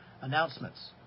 announcements